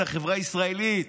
זו החברה הישראלית,